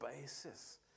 basis